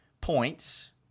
points